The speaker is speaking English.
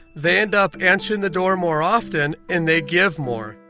they end up answering the door more often, and they give more